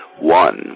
one